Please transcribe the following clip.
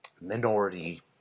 minority